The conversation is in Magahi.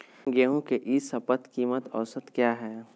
गेंहू के ई शपथ कीमत औसत क्या है?